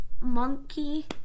monkey